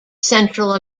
central